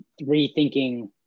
rethinking